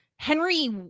henry